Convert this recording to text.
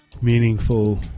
meaningful